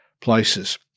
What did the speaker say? places